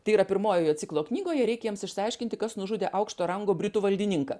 tai yra pirmojoje ciklo knygoje reikia jiems išsiaiškinti kas nužudė aukšto rango britų valdininką